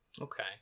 okay